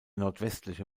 nordwestliche